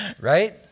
Right